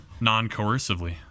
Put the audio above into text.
non-coercively